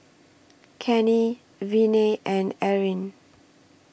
Cannie Viney and Eryn